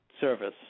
service